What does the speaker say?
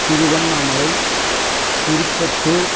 Tiruvannamalai Tirupattur